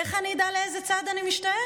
איך אני אדע לאיזה צד אני משתייכת?